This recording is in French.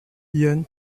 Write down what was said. ian